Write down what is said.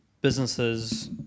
businesses